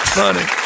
funny